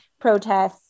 protests